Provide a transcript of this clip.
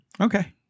Okay